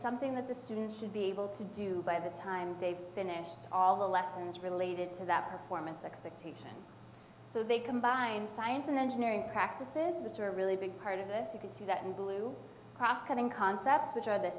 something that the student should be able to do by the time they've finished all the lessons related to that performance expectation so they combine science and engineering practices which are a really big part of this you can see that in blue cross coming concepts which are the